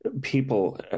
people